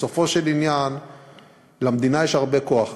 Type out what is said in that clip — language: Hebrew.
בסופו של עניין למדינה יש הרבה כוח,